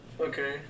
okay